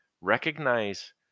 Recognize